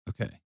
Okay